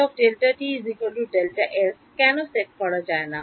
সুতরাং এখানে cΔt Δs কেন সেট করা যায় না